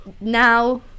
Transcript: now